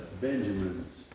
Benjamin's